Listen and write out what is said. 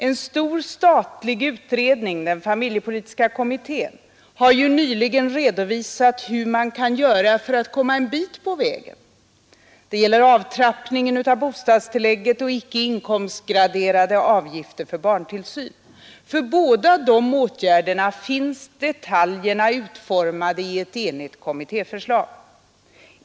En stor statlig utredning, familje politiska kommittén, har nyligen redovisat hur man kan göra för att komma ett stycke på väg. Det gäller avtrappningen av bostadstillägget och icke inkomstgraderade avgifter för barntillsyn. För båda de åtgärderna finns detaljerna utformade i ett enhälligt kommitté förslag.